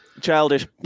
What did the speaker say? Childish